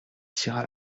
tira